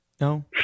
No